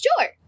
Sure